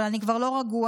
אבל אני כבר לא רגוע,